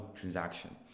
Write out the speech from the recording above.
transaction